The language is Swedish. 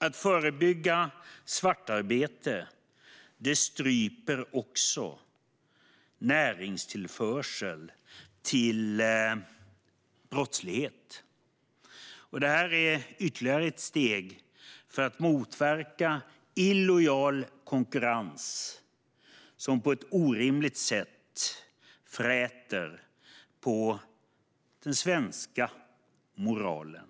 Att förebygga svartarbete stryper också näringstillförseln till brottslighet. Det här är ytterligare ett steg för att motverka illojal konkurrens, som på ett orimligt sätt fräter på den svenska moralen.